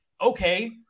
okay